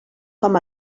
com